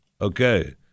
Okay